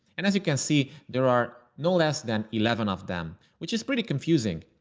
and as you can see, there are no less than eleven of them, which is pretty confusing.